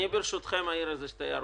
ברשותכם, אני אעיר שתי הערות.